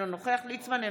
אינו נוכח יעקב ליצמן,